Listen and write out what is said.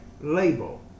label